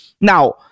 now